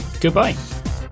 Goodbye